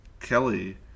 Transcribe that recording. Kelly